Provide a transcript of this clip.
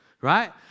right